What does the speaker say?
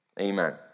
Amen